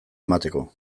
emateko